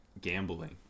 gambling